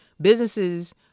businesses